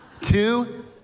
Two